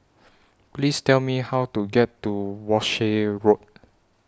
Please Tell Me How to get to Walshe Road